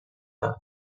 داد